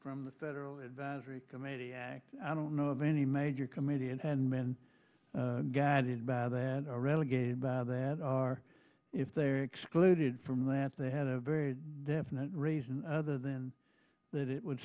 from the federal advisory committee act i don't know of any major committee and men guided by that are relegated by that are if they're excluded from that they had a very definite reason other then that it would